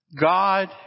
God